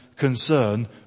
concern